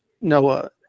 Noah